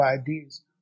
ideas